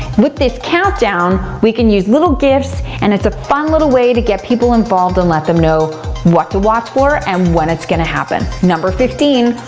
with this countdown, we can use little gifs and it's a fun little way to get people involved and let them know what to watch for and when it's gonna happen. number fifteen,